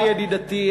שלי ידידתי,